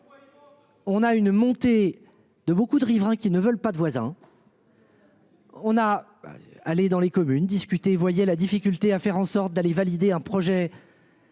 On a une montée de beaucoup de riverains qui ne veulent pas de voisin. On a. Allez dans les communes discuter voyez la difficulté à faire en sorte d'aller valider un projet.